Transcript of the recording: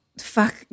Fuck